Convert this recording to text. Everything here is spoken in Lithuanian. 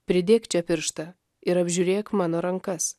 pridėk čia pirštą ir apžiūrėk mano rankas